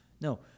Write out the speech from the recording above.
No